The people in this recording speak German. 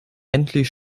endlich